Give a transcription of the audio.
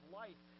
life